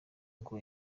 ngo